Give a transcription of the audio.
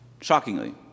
shockingly